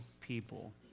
people